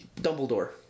Dumbledore